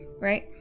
right